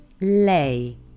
lei